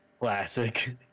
Classic